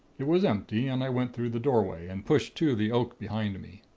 it was empty, and i went through the doorway, and pushed-to the oak behind me.